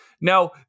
Now